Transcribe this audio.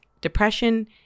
depression